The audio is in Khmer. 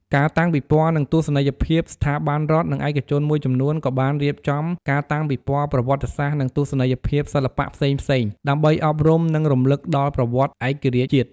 ការតាំងពិព័រណ៍ និងទស្សនីយភាព ស្ថាប័នរដ្ឋ និងឯកជនមួយចំនួនក៏បានរៀបចំការតាំងពិព័រណ៍ប្រវត្តិសាស្ត្រ និងទស្សនីយភាពសិល្បៈផ្សេងៗ ដើម្បីអប់រំ និងរំលឹកដល់ប្រវត្តិឯករាជ្យជាតិ។